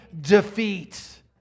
defeat